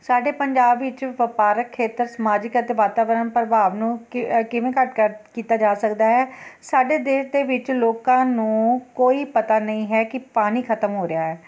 ਸਾਡੇ ਪੰਜਾਬ ਵਿੱਚ ਵਪਾਰਕ ਖੇਤਰ ਸਮਾਜਿਕ ਅਤੇ ਵਾਤਾਵਰਣ ਪ੍ਰਭਾਵ ਨੂੰ ਕੀ ਕਿਵੇਂ ਘੱਟ ਕਰ ਕੀਤਾ ਜਾ ਸਕਦਾ ਹੈ ਸਾਡੇ ਦੇਸ਼ ਦੇ ਵਿੱਚ ਲੋਕਾਂ ਨੂੰ ਕੋਈ ਪਤਾ ਨਹੀਂ ਹੈ ਕਿ ਪਾਣੀ ਖ਼ਤਮ ਹੋ ਰਿਹਾ ਹੈ